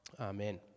Amen